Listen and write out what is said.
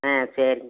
ஆ சரிங்ஸ்